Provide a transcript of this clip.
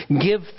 Give